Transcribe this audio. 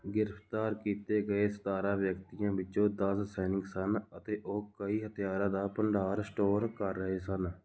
ਗ੍ਰਿਫਤਾਰ ਕੀਤੇ ਗਏ ਸਤਾਰਾਂ ਵਿਅਕਤੀਆਂ ਵਿੱਚੋਂ ਦਸ ਸੈਨਿਕ ਸਨ ਅਤੇ ਉਹ ਕਈ ਹਥਿਆਰਾਂ ਦਾ ਭੰਡਾਰ ਸਟੋਰ ਕਰ ਰਹੇ ਸਨ